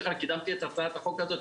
חבל שבכלל קידמתי את הצעת החוק הזאת.